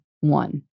one